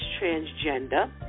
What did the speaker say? transgender